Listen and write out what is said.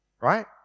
Right